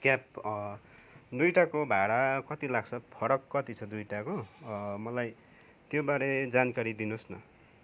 cab दुईवटाको भाडा कति लाग्छ फरक कति छ दुईवटाको मलाई त्योबारे जानकारी दिनुहोस् न